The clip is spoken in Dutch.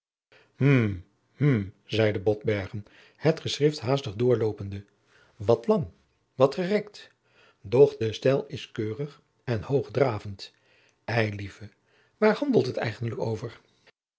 hm hm zeide botbergen het geschrift haastig doorloopende wat lang wat gerekt doch de stijl is keurig en hoogdravend eilieve waar handelt het eigenlijk over